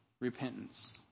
repentance